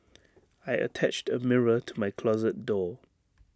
I attached A mirror to my closet door